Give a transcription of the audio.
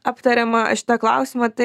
aptariama šitą klausimą tai